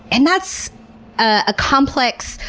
and that's a complex,